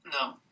No